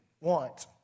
want